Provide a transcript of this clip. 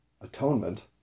atonement